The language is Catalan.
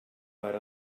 per